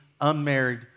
unmarried